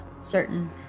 certain